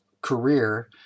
career